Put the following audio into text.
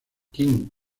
king